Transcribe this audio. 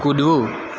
કૂદવું